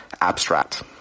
abstract